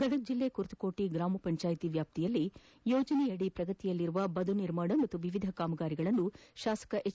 ಗದಗ ಜಿಲ್ಲೆ ಕುರ್ತಕೋಟಿ ಗ್ರಾಮ ಪಂಚಾಯಿತಿ ವ್ಯಾಪ್ತಿಯಲ್ಲಿ ಯೋಜನೆಯಡಿ ಪ್ರಗತಿಯಲ್ಲಿರುವ ಬದು ನಿರ್ಮಾಣ ಹಾಗೂ ವಿವಿಧ ಕಾಮಗಾರಿಗಳನ್ನು ಶಾಸಕ ಎಚ್